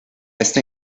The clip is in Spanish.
esta